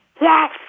Yes